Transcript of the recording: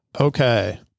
okay